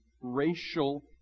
racial